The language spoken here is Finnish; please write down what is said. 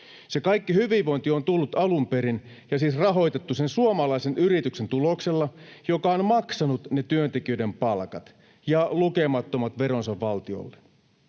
Se kaikki hyvinvointi on tullut alun perin, siis rahoitettu, sen suomalaisen yrityksen tuloksella, joka on maksanut työntekijöiden palkat ja lukemattomat veronsa valtiolle,